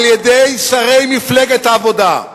על-ידי שרי מפלגת העבודה,